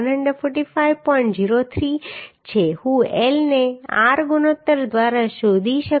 03 છે હું L ને r ગુણોત્તર દ્વારા શોધી શકું છું જે 74